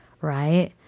Right